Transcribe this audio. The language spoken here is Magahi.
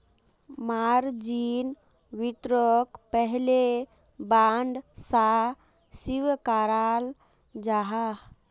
मार्जिन वित्तोक पहले बांड सा स्विकाराल जाहा